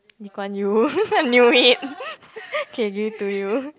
Lee-Kuan-Yew I knew it K give it to you